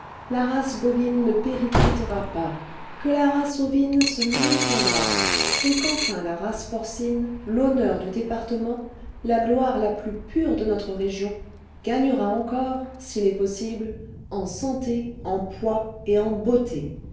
la race bovine ne périclitera pas que la race ovine se maintiendra et qu'enfin la race porcine l'honneur du département la gloire la plus pure de notre région gagnera encore s'il est possible en santé en poids et en beauté